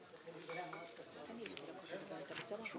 הישיבה ננעלה בשעה 09:45.